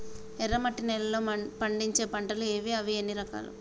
ఎర్రమట్టి నేలలో పండించే పంటలు ఏవి? అవి ఎన్ని రకాలు?